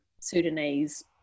Sudanese